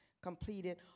completed